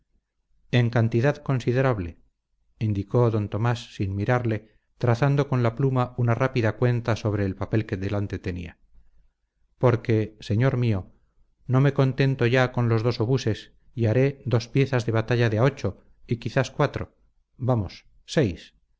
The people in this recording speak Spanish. en cantidad considerable indicó don tomás sin mirarle trazando con la pluma una rápida cuenta sobre el papel que delante tenía porque señor mío no me contento ya con los dos obuses y haré dos piezas de batalla de a ocho y quizás cuatro vamos seis